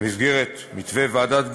במסגרת מתווה ועדת גורן,